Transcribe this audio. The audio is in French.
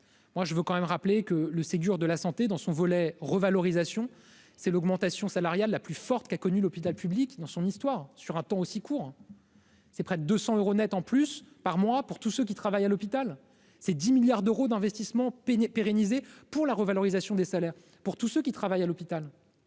Moi, je veux quand même rappeler que le séjour de la santé dans son volet revalorisation, c'est l'augmentation salariale la plus forte qu'a connu l'hôpital public dans son histoire sur un temps aussi court. C'est près de 200 euros Net en plus par mois pour tous ceux qui travaillent à l'hôpital, ces 10 milliards d'euros d'investissement pérenniser pour la revalorisation des salaires pour tous ceux qui travaillent à l'hôpital,